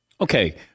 Okay